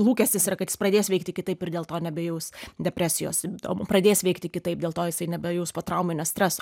lūkestis yra kad jis pradės veikti kitaip ir dėl to nebejaus depresijos simptomų pradės veikti kitaip dėl to jisai nebejus potrauminio streso